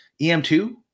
em2